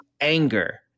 anger